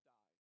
die